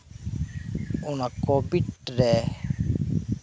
ᱚᱱᱟ ᱠᱳᱵᱷᱤᱰᱨᱮ